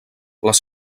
les